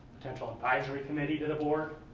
potential advisory committee to the board